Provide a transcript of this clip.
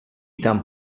tan